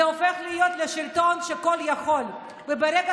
זה הופך להיות שלטון כול-יכול וברגע